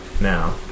now